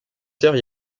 terre